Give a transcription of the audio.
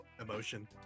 Emotion